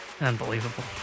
Unbelievable